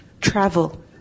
travel